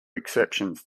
exceptions